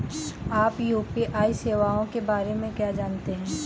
आप यू.पी.आई सेवाओं के बारे में क्या जानते हैं?